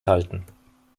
halten